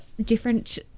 different